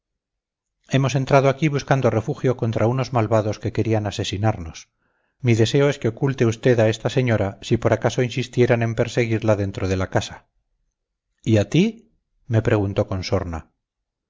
hemos entrado aquí buscando refugio contra unos malvados que querían asesinarnos mi deseo es que oculte usted a esta señora si por acaso insistieran en perseguirla dentro de la casa y a ti me preguntó con sorna